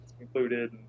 included